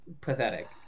pathetic